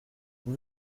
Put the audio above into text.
vous